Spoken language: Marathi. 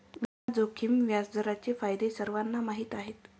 विना जोखीम व्याजदरांचे फायदे सर्वांनाच माहीत आहेत